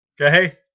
Okay